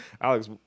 Alex